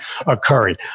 occurring